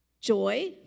Joy